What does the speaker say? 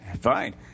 fine